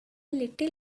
little